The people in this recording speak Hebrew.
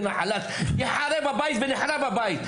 יחרב הבית ונחרב הבית.